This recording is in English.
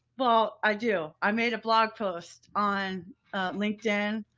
well, i do. i made a blog post on linkedin,